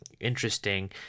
interesting